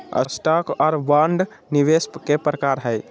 stock आर bond निवेश के प्रकार हय